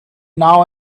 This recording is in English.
now